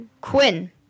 Quinn